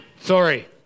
sorry